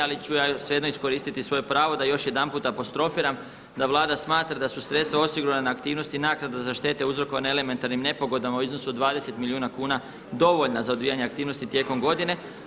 Ali ću ja svejedno iskoristiti svoje pravo da još jedan puta apostrofiram da Vlada smatra da su sredstva osigurana, aktivnosti i naknada za štete uzrokovane elementarnim nepogodama u iznosu od 20 milijuna kuna dovoljna za odvijanje aktivnosti tijekom godine.